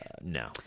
No